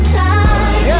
time